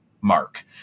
mark